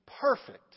perfect